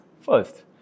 First